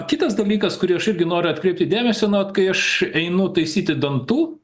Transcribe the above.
kitas dalykas kurį aš irgi noriu atkreipti dėmesio na vat kai aš einu taisyti dantų